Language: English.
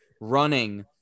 running